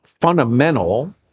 fundamental